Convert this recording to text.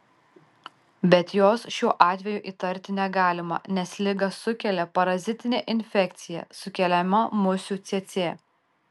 bet jos šiuo atveju įtarti negalima nes ligą sukelia parazitinė infekcija sukeliama musių cėcė